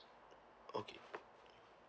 okay